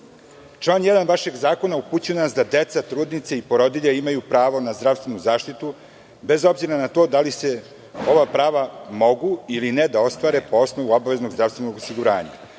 Član 1. vašeg zakona upućuje nas da deca, trudnice i porodilje imaju pravo na zdravstvenu zaštitu, bez obzira na to da li se ova prava mogu ili ne, da ostvare po osnovu obaveznog zdravstvenog osiguranja,